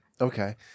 Okay